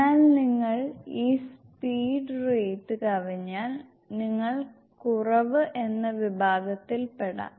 എന്നാൽ നിങ്ങൾ ഈ സ്പീഡ് റേറ്റ് കവിഞ്ഞാൽ നിങ്ങൾ കുറവ് എന്ന വിഭാഗത്തിൽ പെടാം